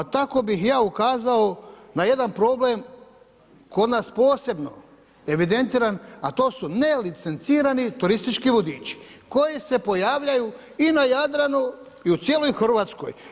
Tako bih ja ukazao na jedan problem, kod nas posebno evidentiran, a to su nelicencirani turistički vodiči koji se pojavljuju i na Jadranu i u cijeloj Hrvatskoj.